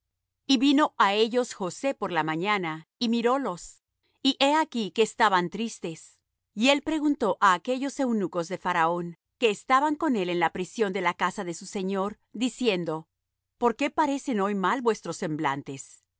y vino á ellos josé por la mañana y mirólos y he aquí que estaban tristes y él preguntó á aquellos eunucos de faraón que estaban con él en la prisión de la casa de su señor diciendo por qué parecen hoy mal vuestros semblantes